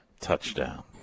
Touchdown